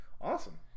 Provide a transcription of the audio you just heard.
Awesome